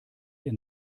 ihr